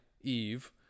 Eve